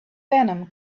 venom